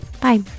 Bye